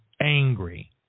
angry